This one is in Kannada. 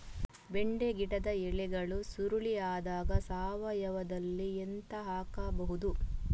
ಬೆಂಡೆ ಗಿಡದ ಎಲೆಗಳು ಸುರುಳಿ ಆದಾಗ ಸಾವಯವದಲ್ಲಿ ಎಂತ ಹಾಕಬಹುದು?